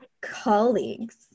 colleagues